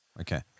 Okay